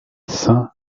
saint